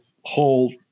whole